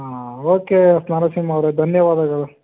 ಆಂ okay Narasimha ಅವರೆ ಧನ್ಯವಾದಗಳು